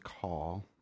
call